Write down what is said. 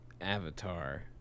Avatar